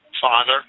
Father